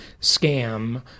scam